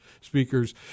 speakers